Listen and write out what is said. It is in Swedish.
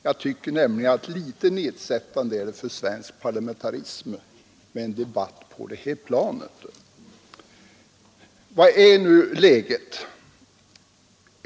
Jag tycker nämligen att det är litet nedsättande för svensk parlamentarism med en debatt på detta plan. Vilket är nu läget?